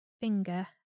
finger